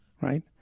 right